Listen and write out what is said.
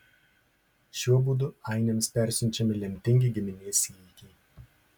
šiuo būdu ainiams persiunčiami lemtingi giminės įvykiai